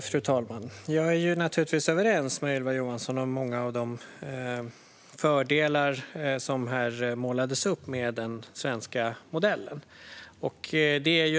Fru talman! Jag är naturligtvis överens med Ylva Johansson om många av de fördelar som här målades upp med den svenska modellen.